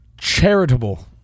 charitable